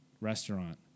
restaurant